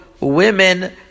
women